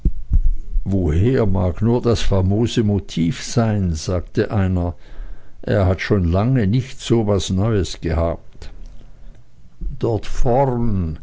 woher mag nur das famose motiv sein sagte einer er hat schon lange nicht so was neues gehabt dort vorn